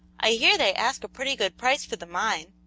i hear they ask a pretty good price for the mine.